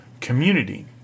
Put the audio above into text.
community